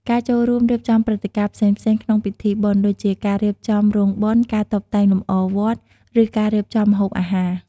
ការចូលរួមរៀបចំព្រឹត្តិការណ៍ផ្សេងៗក្នុងពិធីបុណ្យ ដូចជាការរៀបចំរោងបុណ្យ ការតុបតែងលម្អវត្ត ឬការរៀបចំម្ហូបអាហារ។